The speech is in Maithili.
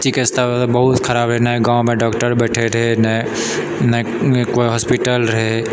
चिकित्साके बेबस्था बहुत खराब रहै नहि गाँवमे डॉक्टर बैठे रहै नहि कोइ हॉस्पिटल रहै